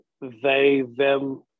they-them